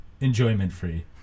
enjoyment-free